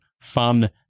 fun